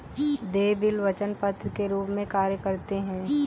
देय बिल वचन पत्र के रूप में कार्य करते हैं